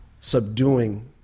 subduing